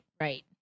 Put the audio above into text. right